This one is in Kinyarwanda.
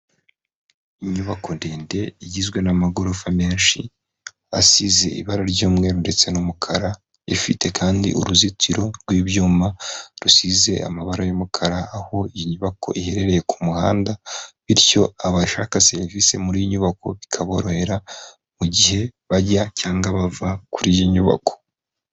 Inyubako ndende igizwe n'amagorofa menshi asize ibara ry'umweru ndetse n'umukara, ifite kandi uruzitiro rw'ibyuma rusize amabara y'umukara, aho inyubako iherereye ku muhanda bityo abashaka serivisi muri iyi nyubako bikaborohera, mu gihe bajya cyangwa bava kuri iyi nyubako.